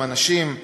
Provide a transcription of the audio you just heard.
עם אנשים,